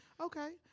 Okay